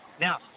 Now